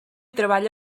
treballa